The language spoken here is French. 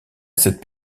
cette